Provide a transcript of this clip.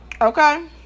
Okay